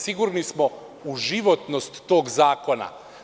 Sigurni smo u životnost tog zakona.